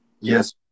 Yes